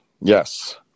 Yes